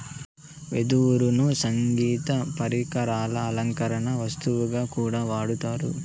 వెదురును సంగీత పరికరాలు, అలంకరణ వస్తువుగా కూడా వాడతారు